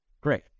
Great